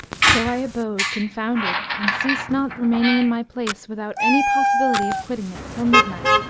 so i abode confounded and ceased not remaining in my place, without any possibility of quitting it till midnight.